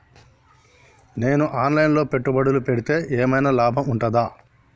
నేను online లో పెట్టుబడులు పెడితే ఏమైనా లాభం ఉంటదా?